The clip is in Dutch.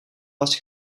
was